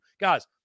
Guys